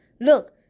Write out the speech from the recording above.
look